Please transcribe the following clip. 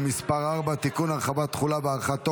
סבסוד מחוללי חמצן ניידים),